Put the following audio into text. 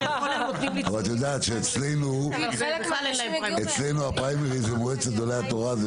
את יודעת שאצלנו הפריימריז הם מועצת גדולי התורה,